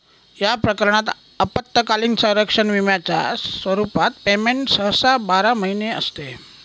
या प्रकरणात अल्पकालीन संरक्षण विम्याच्या स्वरूपात पेमेंट सहसा बारा महिने असते